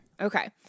Okay